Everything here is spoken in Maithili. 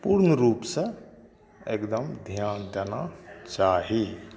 तीन रूप सऽ एगदम ध्यान देना चाही